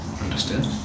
Understood